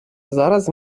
зараз